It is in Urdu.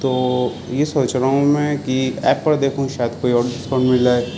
تو یہ سوچ رہا ہوں میں کہ ایپ پر دیکھوں شاید کوئی اور ڈسکاؤنٹ مل جائے